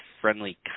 friendly